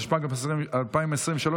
התשפ"ג 2023,